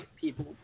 people